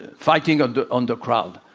fighting on the and crowd.